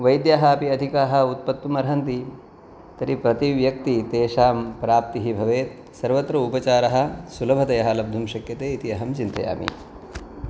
वैद्याः अपि अधिकाः उत्पत्तुम् अर्हन्ति तर्हि प्रतिव्यक्ति तेषां प्राप्तिः भवेत् सर्वत्र उपचारः सुलभतया लब्धुं शक्यते इति अहं चिन्तयामि